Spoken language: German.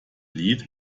lied